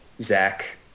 Zach